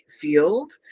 field